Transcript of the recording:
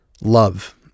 love